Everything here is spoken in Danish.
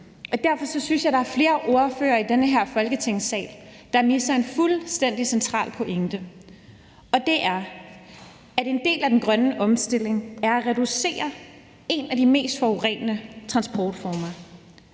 Derfor synes jeg, der er flere ordførere i den her Folketingssal, der misser en fuldstændig central pointe, og det er, at en del af den grønne omstilling er at reducere en af de mest forurenende transportformer.